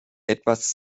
etwas